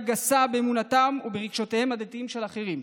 גסה באמונתם או ברגשותיהם הדתיים של אחרים,